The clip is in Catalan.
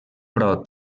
però